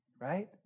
right